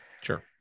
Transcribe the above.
Sure